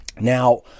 Now